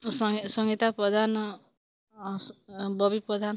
Sangeeta Pradhan Bobby Pradhan